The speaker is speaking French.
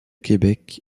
québec